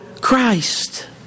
Christ